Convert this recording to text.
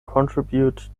contribute